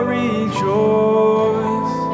rejoice